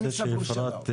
אני רוצה, אפרת,